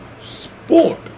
sport